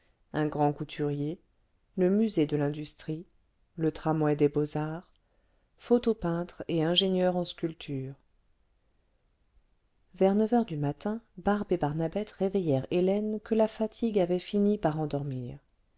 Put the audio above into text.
un grand couturier le musée de l'industrie le tramway des heaux arts photopeintres et ingénieurs en sculpture vers neuf heures du matin barbe et barnabette réveillèrent hélène que la fatigue avait fini par endormir